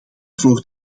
voor